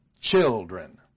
children